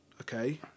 Okay